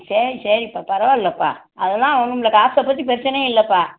சரி சரிப்பா பரவாயில்லப்பா அதெல்லாம் ஒன்றும் இல்லை காசைப் பற்றி பிரச்சனையே இல்லைப்பா